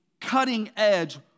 cutting-edge